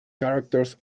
characters